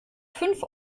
fünf